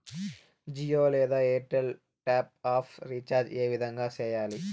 జియో లేదా Airtel top up recharge ఏ విధంగా సేయాలి